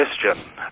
question